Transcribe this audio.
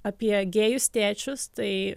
apie gėjus tėčius tai